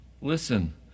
Listen